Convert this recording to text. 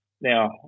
now